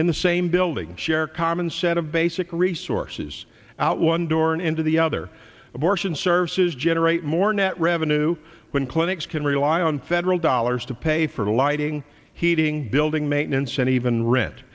in the same building share a common set of basic resources out one door and into the other abortion services generate more net revenue when clinics can rely on federal dollars to pay for lighting heating building maintenance and even rent